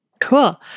Cool